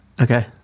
okay